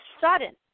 sudden